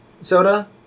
soda